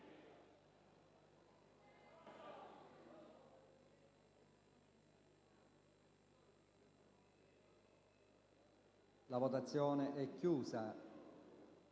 la votazione è chiusa.